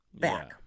back